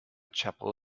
chapel